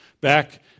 Back